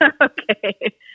Okay